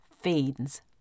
Fiends